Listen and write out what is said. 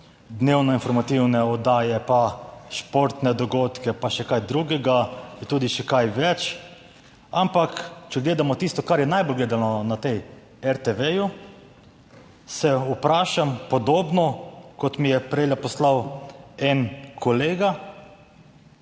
dnevno informativne oddaje, pa športne dogodke, pa še kaj drugega, je tudi še kaj več. Ampak če gledamo tisto kar je najbolj gledano na tej RTV se vprašam podobno, kot mi je prej poslal en kolega,